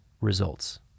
results